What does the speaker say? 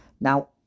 now